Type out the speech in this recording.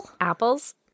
apples